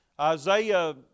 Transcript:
Isaiah